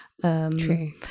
True